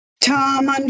Tom